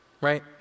Right